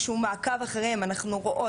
אתם צופים בנו עשרים וארבע-שבע,